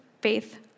faith